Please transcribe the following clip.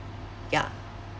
ya